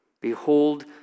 Behold